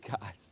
God